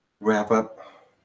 wrap-up